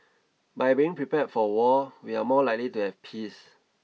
by being prepared for war we are more likely to have peace